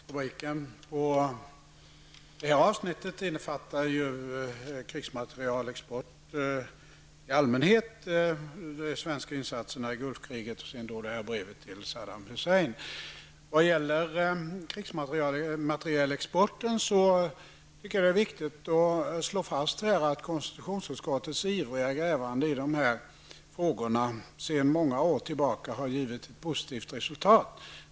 Herr talman! Rubriken på detta avsnitt innefattar krigsmaterielexport i allmänhet samt de svenska insatserna i Gulfkriget och brevet till Saddam Vad gäller krigsmaterielexporten tycker jag att det är viktigt att slå fast att konstitutionsutskottets ivriga grävande i dessa frågor sedan många år tillbaka har givit ett positivt resultat.